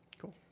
cool